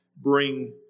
bring